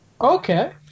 Okay